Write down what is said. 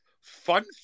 fun